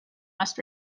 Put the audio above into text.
must